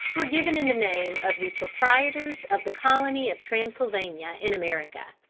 were given in the name of the proprietors of the colony of transylvania, in america.